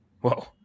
Whoa